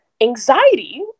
Anxiety